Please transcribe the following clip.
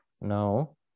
Now